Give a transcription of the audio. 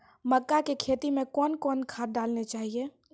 मक्का के खेती मे कौन कौन खाद डालने चाहिए?